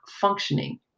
functioning